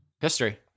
History